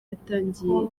yatangiye